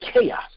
chaos